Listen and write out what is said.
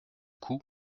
coup